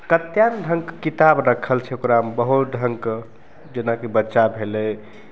कतेने ढंगके किताब रखल छै ओकरामे बहुत ढङ्गके जेनाकि बच्चा भेलय